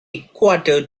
quarter